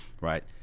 right